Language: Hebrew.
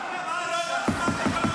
הצבעה.